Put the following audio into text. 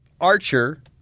Archer